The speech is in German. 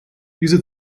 diese